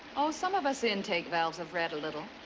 oh, some of us intake valves have read a little.